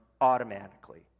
automatically